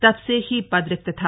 तब से ही पद रिक्त था